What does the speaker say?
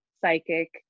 psychic